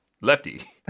Lefty